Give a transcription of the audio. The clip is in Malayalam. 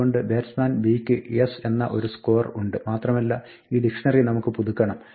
അതുകൊണ്ട് ബാറ്റ്സ്മാൻ b യ്ക് s എന്ന ഒരു score ഉണ്ട് മാത്രമല്ല ഈ ഡിക്ഷ്ണറി നമുക്ക് പുതുക്കണം